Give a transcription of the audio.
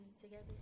together